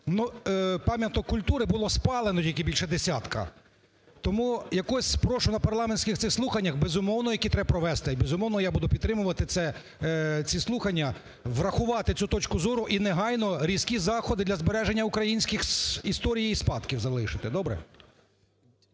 пам'яток культури було спалено тільки більше десятка. Тому якось прошу на парламентських цих слуханнях, безумовно, які треба провести, і, безумовно, я буду підтримувати ці слухання, врахувати цю точку зору і негайно різкі заходи для збереження української історії і спадків залишити, добре?